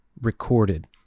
recorded